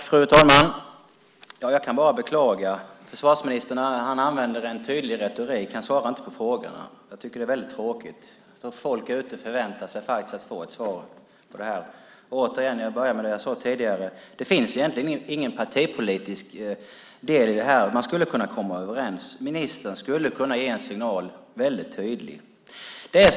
Fru talman! Jag kan bara beklaga att försvarsministern använder en tydlig retorik. Han svarar inte på frågorna. Jag tycker att det är väldigt tråkigt. Jag tror att folk förväntar sig att få ett svar på detta. Jag återkommer till det jag sade tidigare, nämligen att det inte finns någon partipolitisk del i detta. Man skulle kunna komma överens. Ministern skulle kunna ge en väldigt tydlig signal.